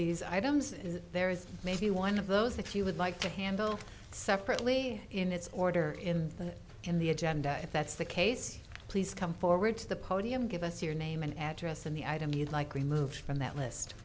items is there is maybe one of those if you would like to handle separately in its order in the in the agenda if that's the case please come forward to the podium give us your name and address in the item you'd like removed from that list